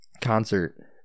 concert